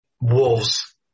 wolves